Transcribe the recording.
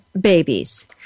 babies